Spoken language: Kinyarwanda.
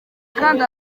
kandi